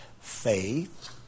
Faith